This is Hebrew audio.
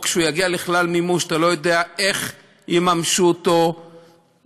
או כשהוא יגיע לכלל מימוש אתה לא יודע איך יממשו אותו וכו'.